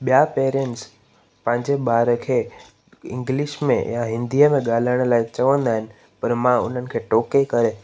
ॿिया पेरेंट्स पंहिंजे ॿार खे इंगलिश में या हिन्दीअ में ॻाल्हाइण लाइ चवंदा आहिनि पर मां उन्हनि खे टोके करे